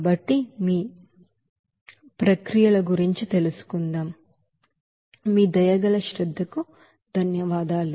కాబట్టి మీ దయగల శ్రద్ధకు ధన్యవాదాలు